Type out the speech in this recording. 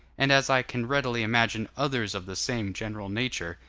and as i can readily imagine others of the same general nature,